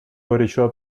горячо